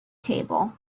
table